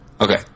Okay